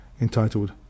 entitled